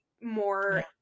more